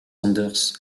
anders